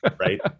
Right